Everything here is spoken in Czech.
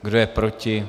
Kdo je proti?